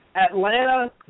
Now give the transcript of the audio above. Atlanta